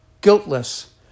guiltless